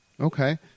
Okay